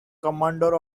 commander